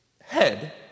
head